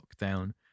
lockdown